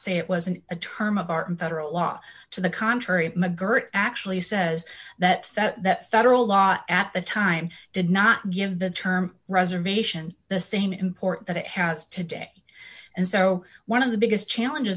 say it wasn't a term of art in federal law to the contrary mcgirt actually says that that federal law at the time did not give the term reservation the same import that it has today and so one of the biggest challenges